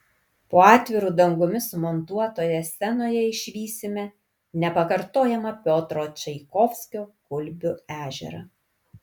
po atviru dangumi sumontuotoje scenoje išvysime nepakartojamą piotro čaikovskio gulbių ežerą